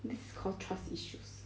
this is call trust issues